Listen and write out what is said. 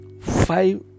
five